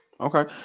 okay